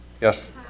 Yes